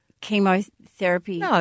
chemotherapy